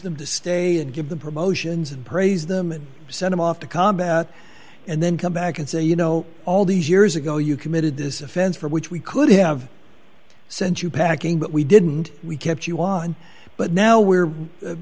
them to stay and give the promotions and praise them and send him off to combat and then come back and say you know all these years ago you committed this offense for which we could have sent you packing but we didn't we kept you on but now we're